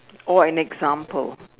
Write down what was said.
or an example